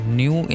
new